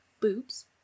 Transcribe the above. Boobs